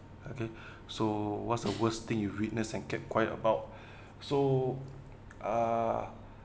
okay so what's the worst thing you witness and kept quiet about so ah